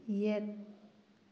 ꯌꯦꯠ